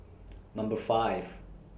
Number five